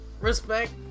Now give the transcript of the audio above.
respect